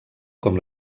com